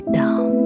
down